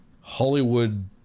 Hollywood